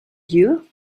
you